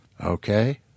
okay